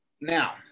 Now